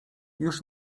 już